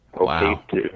okay